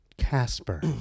Casper